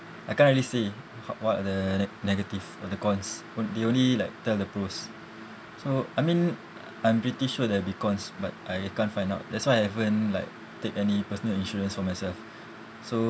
I can't really say h~ what are the like negative or the cons they only like tell the pros so I mean I'm pretty sure there'll be cons but I can't find out that's why I haven't like take any personal insurance for myself so